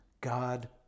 God